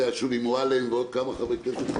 זה היה שולי מועלם ועוד כמה חברי כנסת.